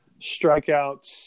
strikeouts